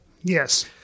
Yes